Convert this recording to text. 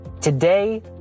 Today